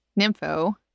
nympho